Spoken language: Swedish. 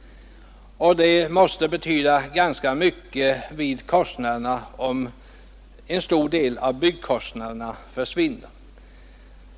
Det måste betyda ganska mycket för en skolas budget om en stor del av byggkostnaderna försvinner.